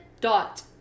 dot